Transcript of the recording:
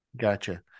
Gotcha